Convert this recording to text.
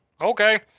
okay